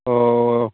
अह